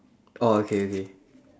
oh okay okay